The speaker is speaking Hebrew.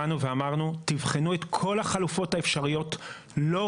בחנו את כל החלופות ואנחנו במשרד ככל